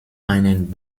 einen